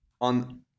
on